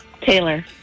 Taylor